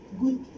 good